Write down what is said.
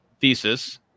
thesis